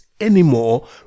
anymore